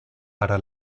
para